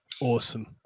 Awesome